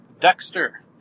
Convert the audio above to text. dexter